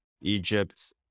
Egypt